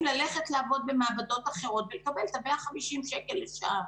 ללכת לעבוד במעבדות אחרות ולקבל את ה-150 שקל לשעה.